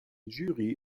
jury